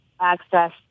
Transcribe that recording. access